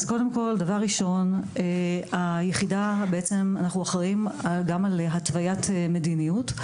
דבר ראשון, היחידה אחראית גם על התוויית מדיניות.